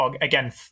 again